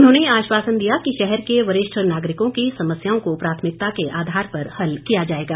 उन्होंने आशवासन दिया कि शहर के वरिष्ठ नागरिकों की समस्याओं को प्राथमिकता को आधार पर हल किया जाएगा